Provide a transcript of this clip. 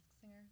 Singer